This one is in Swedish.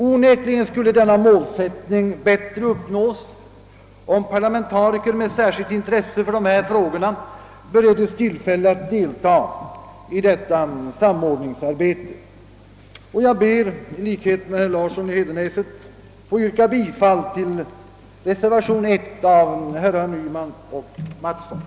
Det målet skulle onekligen uppnås bättre om parlamentariker med speciellt intresse för dessa frågor bereddes tillfälle att delta i detta samordningsarbete. Herr talman! I likhet med herr Larsson i Hedenäset ber jag att få yrka bifall till reservationen 1 av herr Per Jacobsson m.fl.